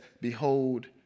behold